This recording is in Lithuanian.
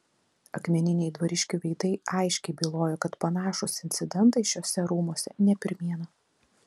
akmeniniai dvariškių veidai aiškiai bylojo kad panašūs incidentai šiuose rūmuose ne pirmiena